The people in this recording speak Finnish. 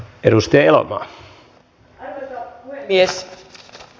arvoisa puhemies